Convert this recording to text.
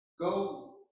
go